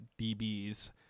DBs